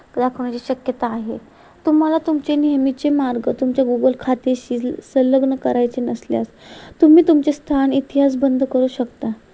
दाखवण्याची शक्यता आहे तुम्हाला तुमचे नेहमीचे मार्ग तुमच्या गुगल खात्याशी संलग्न करायचे नसल्यास तुम्ही तुमचे स्थान इतिहास बंद करू शकता